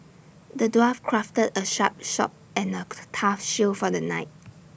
the dwarf crafted A sharp sword and act tough shield for the knight